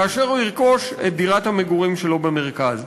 כאשר הוא ירכוש את דירת המגורים שלו במרכז.